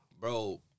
Bro